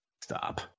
stop